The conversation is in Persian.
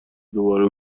دوباره